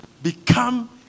Become